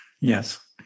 Yes